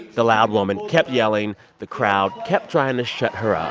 the loud woman kept yelling. the crowd kept trying to shut her um